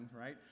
right